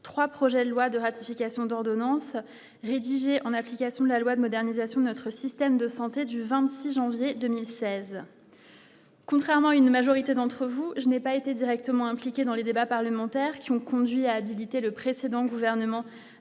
ici 3 projets de loi de ratification d'ordonnances rédigées en application de la loi de modernisation de notre système de santé du 26 janvier 2016. Contrairement à une majorité d'entre vous, je n'ai pas été directement impliqué dans les débats parlementaires qui ont conduit à habiliter le précédent gouvernement